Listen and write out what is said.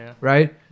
Right